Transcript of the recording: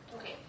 Okay